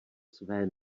své